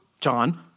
John